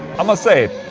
i must say,